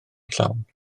llawn